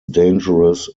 dangerous